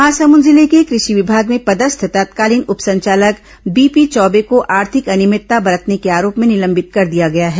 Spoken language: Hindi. महासमुंद जिले के कृषि विभाग में पदस्थ तत्कालीन उप संचालक बीपी चौबे को आर्थिक अनियमितता बरतने के आरोप में निलंबित कर दिया गया है